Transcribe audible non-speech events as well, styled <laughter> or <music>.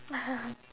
<laughs>